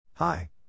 Hi